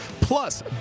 plus